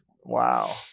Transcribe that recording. wow